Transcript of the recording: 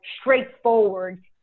straightforward